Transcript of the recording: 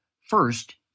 First